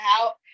out